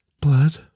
blood